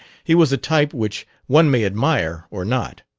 he was a type which one may admire or not.